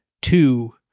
two